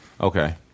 okay